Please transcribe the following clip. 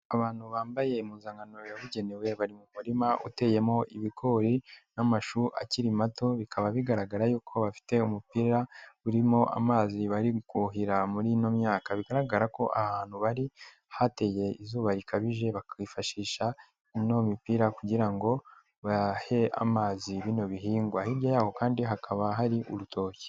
Abantu bambaye impuzankano yabugenewe bari mu murima uteyemo ibigori, n'amashu akiri mato, bikaba bigaragara yuko bafite umupira urimo amazi bari kuhira muri ino myaka, bigaragara ko ahantu bari hateye izuba rikabije, bakifashisha imipira, kugira ngo bahe amazi bino bihingwa. Hirya yabo kandi hakaba hari urutoki.